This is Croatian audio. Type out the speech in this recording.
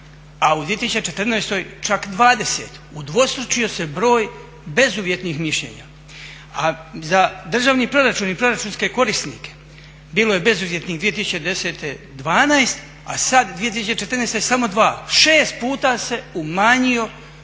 a u 2014. čak 20, udvostručio se broj bezuvjetnih mišljenja, a za državni proračun i proračunske korisnike bilo je bezuvjetnih 2012. 12, a sad 2014. samo 2. 6 puta se umanjio